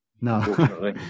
No